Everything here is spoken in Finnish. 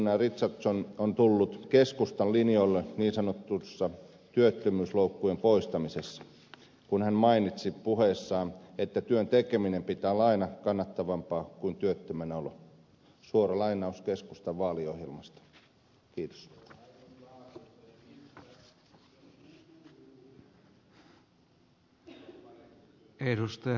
guzenina richardson on tullut keskustan linjoille niin sanotussa työttömyysloukkujen poistamisessa kun hän mainitsi puheessaan että työn tekemisen pitää olla aina kannattavampaa kuin työttömänä olo suora lainaus keskustan vaaliohjelmasta